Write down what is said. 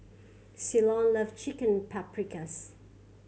Ceylon love Chicken Paprikas